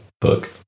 book